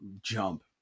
jump